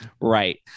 right